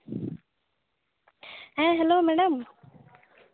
ᱦᱮᱸ hello madam